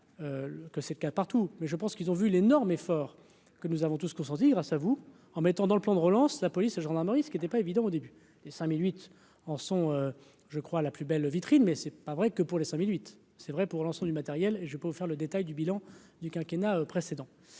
que c'est le cas partout, mais je pense qu'ils ont vu l'énorme effort que nous avons tous consentir grâce à vous, en mettant dans le plan de relance, la police, gendarmerie, ce qui était pas évident au début des cinq mille huit ans sont je crois la plus belle vitrine mais c'est pas vrai que pour les 5008, c'est vrai pour l'ensemble du matériel, je peux faire le détail du bilan du quinquennat précédent